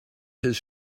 his